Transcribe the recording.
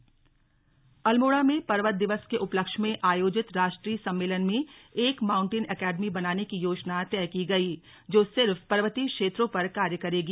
पर्वत दिवस अल्मोड़ा में पर्वत दिवस के उपलक्ष्य में आयोजित राष्ट्रीय सम्मेलन में एक माउंटेन एकेडमी बनाने की योजना तय की गई जो सिर्फ पर्वतीय क्षेत्रों पर कार्य करेगी